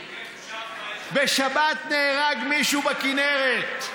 בשבת נהרג מישהו בכינרת.